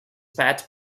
pat